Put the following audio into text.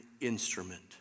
instrument